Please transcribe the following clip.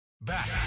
Back